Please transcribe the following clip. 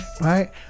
right